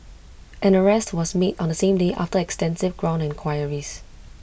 an arrest was made on the same day after extensive ground enquiries